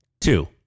two